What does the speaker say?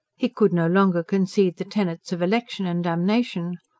he could no longer concede the tenets of election and damnation.